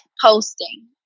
posting